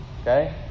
Okay